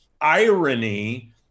irony